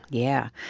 yeah.